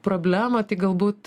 problemą tai galbūt